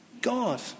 God